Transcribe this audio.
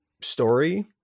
story